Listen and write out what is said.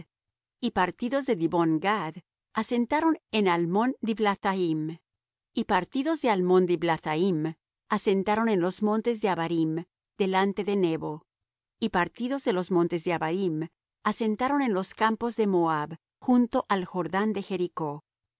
y partidos de dibón gad asentaron en almon diblathaim y partidos de almon diblathaim asentaron en los montes de abarim delante de nebo y partidos de los montes de abarim asentaron en los campos de moab junto al jordán de jericó